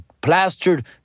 plastered